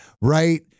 right